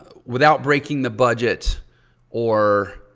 without breaking the budget or